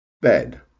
bed